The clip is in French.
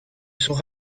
sont